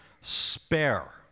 spare